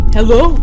Hello